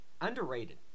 underrated